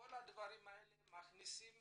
כל הגורמים הללו מכניסים